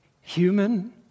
Human